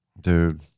dude